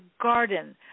garden